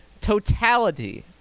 totality